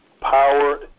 power